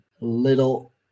little